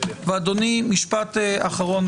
משפט אחרון,